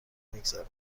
میگذره